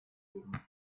renovieren